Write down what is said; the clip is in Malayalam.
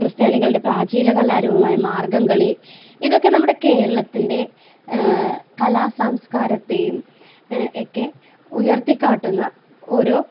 ക്രിസ്ത്യാനികളുടെ പ്രാചീന കലാരൂപമായ മാർഗംകളി ഇതൊക്കെ നമ്മുടെ കേരളത്തിൻ്റെ കലാ സാംസ്കാരത്തെയും ഒക്കെ ഉയർത്തിക്കാട്ടുന്ന ഓരോ